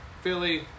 Philly